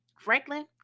franklin